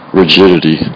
rigidity